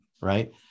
right